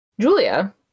Julia